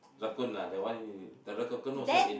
raccoon that one raccoon also is